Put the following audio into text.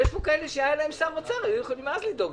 אני אבקש מהיועצת המשפטית אני מבקש להכין חוק